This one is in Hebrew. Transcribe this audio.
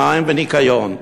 מים וניקיון.